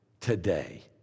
today